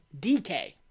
DK